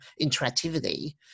interactivity